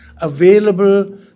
available